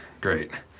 Great